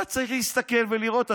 אתה צריך להסתכל ולראות.